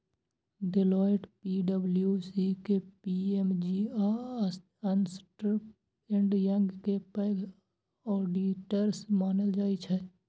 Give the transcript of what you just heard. Deloitte, पी.डब्ल्यू.सी, KPMG आ Ernst and Young कें पैघ ऑडिटर्स मानल जाइ छै